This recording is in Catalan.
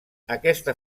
aquesta